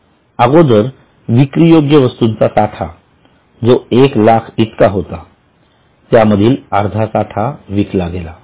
अगोदर विक्रीयोग्य वस्तूंचा साठा जो १००००० इतका होता त्यामधील अर्ध्या साठा विकला गेला